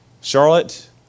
Charlotte